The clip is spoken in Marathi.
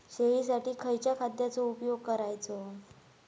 शेळीसाठी खयच्या खाद्यांचो उपयोग करायचो?